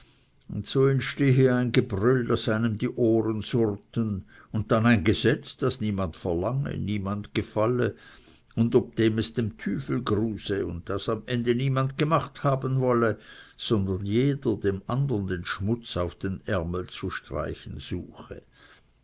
so entstehe ein gebrüll daß einem die ohren surren und dann ein gesetz das niemand gefalle ob dem es dem tüfel gruse und das am ende niemand gemacht haben wolle sondern jeder dem andern den schmutz auf den ärmel zu streichen suche